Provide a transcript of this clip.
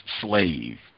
slave